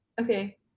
Okay